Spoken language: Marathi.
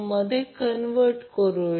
2 अँगल 40° V